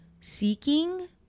seeking